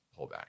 pullback